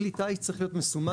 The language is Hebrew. כלי טייס צריך להיות מסומן,